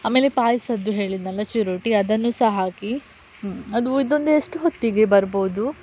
ಆಮೇಲೆ ಪಾಯಸದ್ದು ಹೇಳಿದ್ದೆನಲ್ಲ ಚಿರೋಟಿ ಅದನ್ನು ಸ ಹಾಕಿ ಹ್ಞೂಂ ಅದು ಇದೊಂದು ಎಷ್ಟು ಹೊತ್ತಿಗೆ ಬರ್ಬೋದು